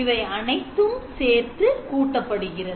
இவை அனைத்தும் சேர்த்து கூட்டப்படும்